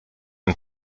and